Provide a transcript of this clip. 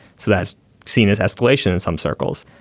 so that's seen as escalation in some circles.